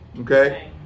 Okay